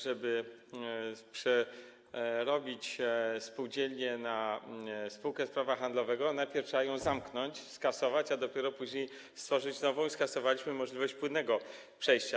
Żeby przerobić spółdzielnię na spółkę prawa handlowego, najpierw trzeba ją zamknąć, skasować, a dopiero później stworzyć nową, bo zlikwidowaliśmy możliwość płynnego przejścia.